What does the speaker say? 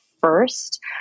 first